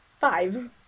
five